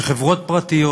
שחברות פרטיות